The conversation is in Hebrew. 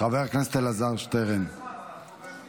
בעזרת השם.